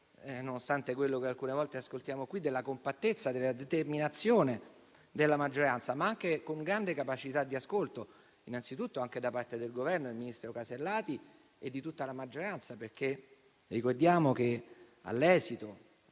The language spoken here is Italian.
nonostante quello che alcune volte ascoltiamo in quest'Aula, della compattezza e della determinazione della maggioranza, ma anche della grande capacità di ascolto, innanzitutto da parte del Governo, del ministro Casellati e di tutta la maggioranza. Ricordiamo infatti che, all'esito